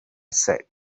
said